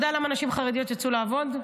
למה נשים חרדיות יצאו לעבוד?